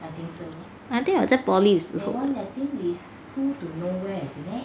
I think 我还在 poly 的时候 eh